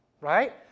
Right